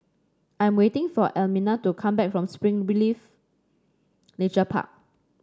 I am waiting for Elmina to come back from Spring believe Nature Park